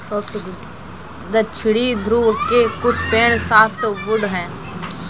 दक्षिणी ध्रुव के कुछ पेड़ सॉफ्टवुड हैं